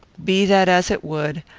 be that as it would,